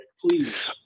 please